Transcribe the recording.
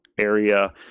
area